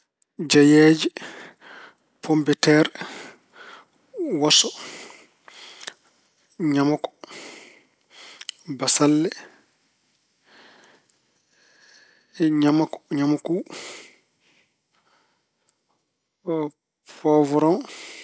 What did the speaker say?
Jeyeeje, pom de teer, woso, ñamoko, bassalle, ñaamoko- ñaamoku, poowroŋ.